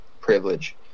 privilege